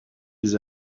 les